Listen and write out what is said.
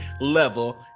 level